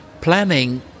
planning